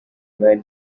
wayne